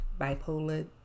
bipolar